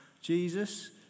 Jesus